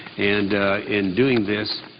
and in doing this,